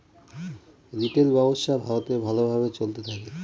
retail ব্যবসা ভারতে ভালো ভাবে চলতে থাকে